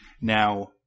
Now